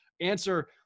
answer